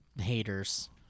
haters